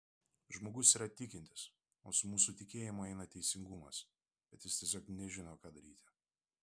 žmogus yra tikintis o su mūsų tikėjimu eina teisingumas bet jis tiesiog nežino ką daryti